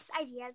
ideas